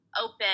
open